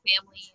family